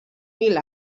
mil